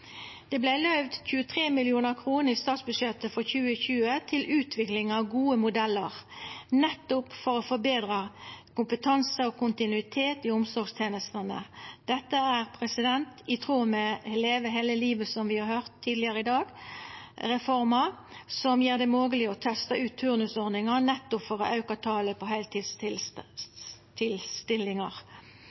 Det vart løyvd 23 mill. kr i statsbudsjettet for 2020 til utvikling av gode modellar nettopp for å forbetra kompetanse og kontinuitet i omsorgstenestene. Dette er i tråd med Leve hele livet-reforma, som vi har høyrt om tidlegare i dag, og som gjer det mogleg å testa ut turnusordningar nettopp for å auka talet på